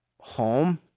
home